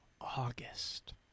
august